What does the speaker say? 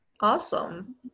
Awesome